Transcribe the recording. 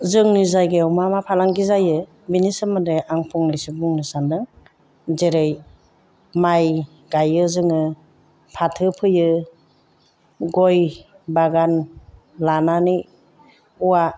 जोंनि जायगायाव मा मा फालांगि जायो बिनि सोमोन्दै आं फंनैसो बुंनो सानदों जेरै माइ गायो जोङो फाथो फोयो गय बागान लानानै औवा